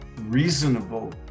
reasonable